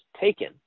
taken